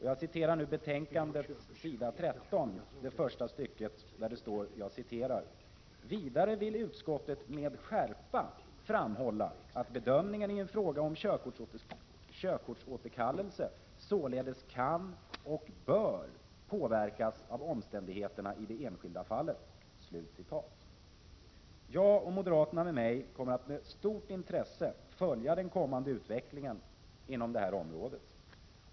Jag citerar nu ur betänkandet, s. 13, det första stycket, där det står: ”Vidare vill utskottet med skärpa framhålla att bedömningen i en fråga om körkortsåterkallelse således kan — och bör — påverkas av omständigheterna i det enskilda fallet.” Jag, och moderaterna med mig, kommer att med stort intresse följa den kommande utvecklingen inom detta område.